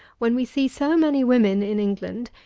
when we see so many women in england,